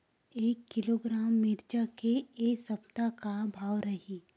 एक किलोग्राम मिरचा के ए सप्ता का भाव रहि?